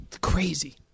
Crazy